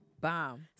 Bomb